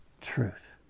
truth